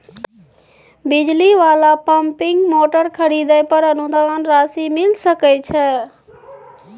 बिजली वाला pumping motor खरीदे पर अनुदान राशि मिल सके छैय?